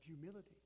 humility